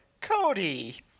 Cody